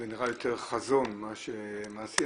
זה נראה יותר חזון מאשר מעשי,